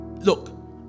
look